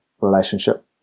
relationship